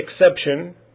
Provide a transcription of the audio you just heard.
exception